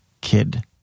kid